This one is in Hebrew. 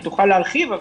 היא תוכל להרחיב.